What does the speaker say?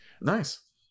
nice